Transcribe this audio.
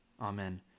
Amen